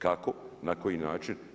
Kako, na koji način?